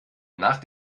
nach